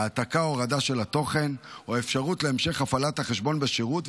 העתקה או הורדה של התוכן או אפשרות להמשך הפעלת החשבון בשירות,